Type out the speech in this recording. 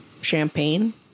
champagne